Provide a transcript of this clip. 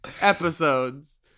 episodes